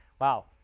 wow